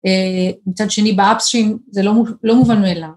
מצד שני באפסטרים זה לא מובן מאליו.